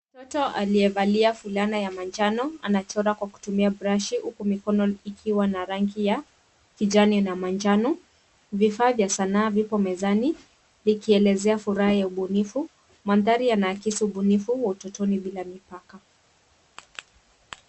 Mtoto aliyevalia fulana ya manjano anachora kwa kutumia brashi, huku mikono ikiwa na rangi ya kijani na manjano . Vifaa vya sanaa vipo mezani , likielezea furaha ya ubunifu . Mandhari yanaakisi ubunifu wa utotoni bila mipaka.